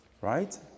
Right